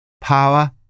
Power